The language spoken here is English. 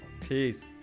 Peace